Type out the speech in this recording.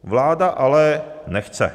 Vláda ale nechce.